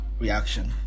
reaction